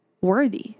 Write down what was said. worthy